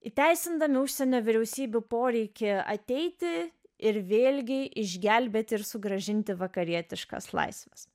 įteisindami užsienio vyriausybių poreikį ateiti ir vėlgi išgelbėti ir sugrąžinti vakarietiškas laisves